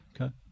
okay